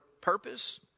purpose